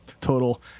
total